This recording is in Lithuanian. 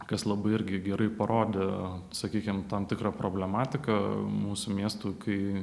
kas labai irgi gerai parodė sakykim tam tikra problematika mūsų miestų kai